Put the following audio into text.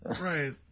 Right